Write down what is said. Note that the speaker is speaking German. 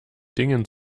dingen